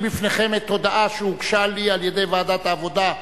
בפניכם הודעה שהוגשה לי על-ידי ועדת העבודה,